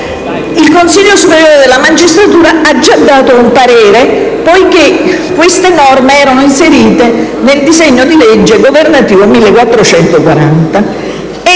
Il Consiglio superiore della magistratura ha già dato un parere, poiché queste norme erano inserite nel disegno di legge governativo n.